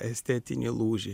estetinį lūžį